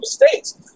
mistakes